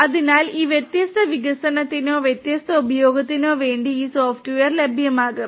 അതിനാൽ ഈ വ്യത്യസ്ത വികസനത്തിനോ വ്യത്യസ്ത ഉപയോഗത്തിനോ വേണ്ടി ഈ സോഫ്റ്റ്വെയർ ലഭ്യമാക്കും